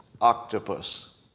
octopus